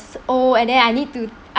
old and then I need to